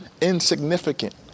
insignificant